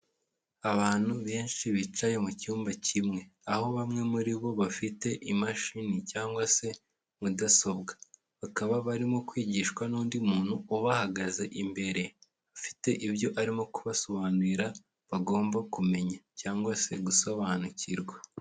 Abantu benshi bicaye mu cyumba kimwe. Aho bamwe muri bo bafite imashini cyangwa se mudasobwa. Bakaba barimo kwigishwa n'undi muntu ubahagaze imbere ufite ibyo arimo kubasobanurira bagomba kumenya cyangwa se gusobanukirwa.